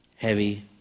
heavy